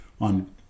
on